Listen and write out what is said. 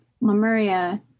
Lemuria